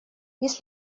есть